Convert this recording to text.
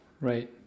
right